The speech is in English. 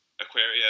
Aquaria